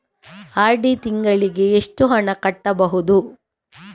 RD ತಿಂಗಳಿಗೆ ಎಷ್ಟು ಹಣ ಕಟ್ಟಬಹುದು?